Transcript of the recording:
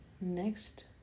next